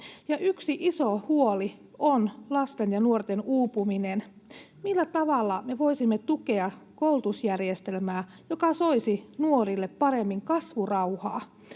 yksi iso huoli on lasten ja nuorten uupuminen. Millä tavalla me voisimme tukea koulutusjärjestelmää, joka soisi nuorille paremmin kasvurauhaa?